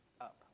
up